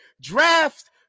draft